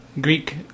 Greek